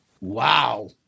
Wow